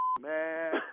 man